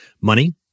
money